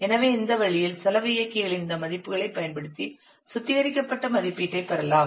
எனவே இந்த வழியில் செலவு இயக்கிகளின் இந்த மதிப்புகளைப் பயன்படுத்தி சுத்திகரிக்கப்பட்ட மதிப்பீட்டைப் பெறலாம்